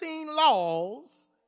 laws